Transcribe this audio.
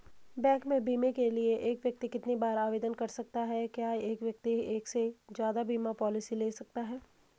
Bank में बीमे के लिए एक व्यक्ति कितनी बार आवेदन कर सकता है क्या एक व्यक्ति एक से ज़्यादा बीमा पॉलिसी ले सकता है?